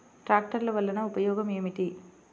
ట్రాక్టర్లు వల్లన ఉపయోగం ఏమిటీ?